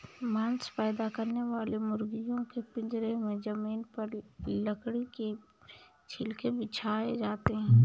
मांस पैदा करने वाली मुर्गियों के पिजड़े में जमीन पर लकड़ी के छिलके बिछाए जाते है